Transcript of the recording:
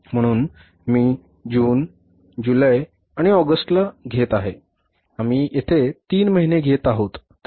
म्हणून मी जून जुलै आणि ऑगस्टला येथे घेत आहे आम्ही येथे तीन महिने घेत आहोत